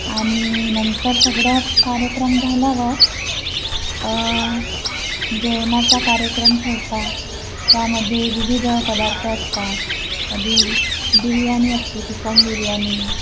आणि नंतर सगळं कार्यक्रम झाल्यावर जेवणाचा कार्यक्रम ठेवतात त्यामध्ये विविध पदार्थ असतात कधी बिर्याणी असते चिकन बिर्याणी